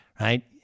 right